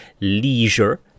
leisure